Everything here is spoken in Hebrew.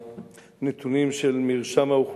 אנשים באים ממקומות אלו.